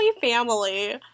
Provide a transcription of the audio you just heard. family